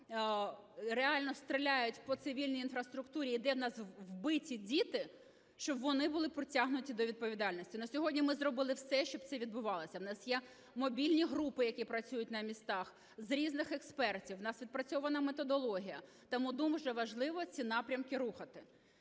реально стріляють по цивільній інфраструктурі і де в нас вбиті діти, щоб вони були притягнуті до відповідальності. На сьогодні ми зробили все, щоб це відбувалося. В нас є мобільні групи, які працюють на містах, з різних експертів, в нас відпрацьована методологія. Тому дуже важливо ці напрямки рухати.